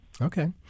Okay